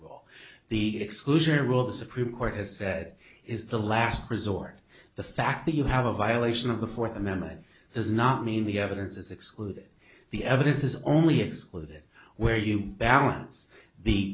well the exclusionary rule of the supreme court has said is the last resort the fact that you have a violation of the fourth amendment does not mean the evidence is excluded the evidence is only excluded where you balance the